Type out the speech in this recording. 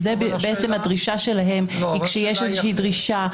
זה הדרישה שלהם - כשיש דרישה,